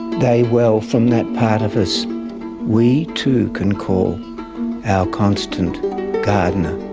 they well from that part of us we too can call our constant gardener.